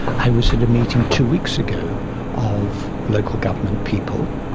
i was at a meeting two weeks ago of local government people,